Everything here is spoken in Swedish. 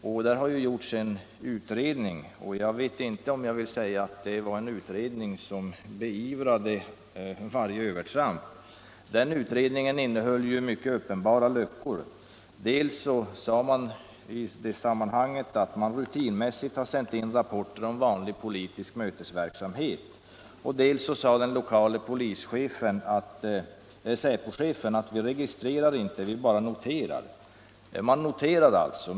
Där har gjorts en utredning, men jag vet inte om jag vill säga att det var en utredning som beivrade varje övertramp. Den innehöll många uppenbara luckor. Dels förklarades att man rutinmässigt har sänt in rapporter om vanlig politisk mötesverksamhet, dels sade den lokale säpo-chefen: Vi registrerar inte, vi bara noterar. — Man noterar alltså!